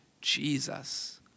Jesus